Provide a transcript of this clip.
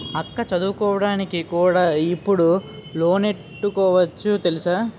అక్కా చదువుకోడానికి కూడా ఇప్పుడు లోనెట్టుకోవచ్చు తెలుసా?